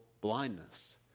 blindness